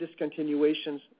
discontinuations